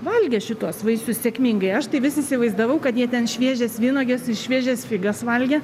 valgė šituos vaisius sėkmingai aš tai vis įsivaizdavau kad jie ten šviežias vynuoges ir šviežias figas valgė